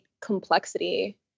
complexity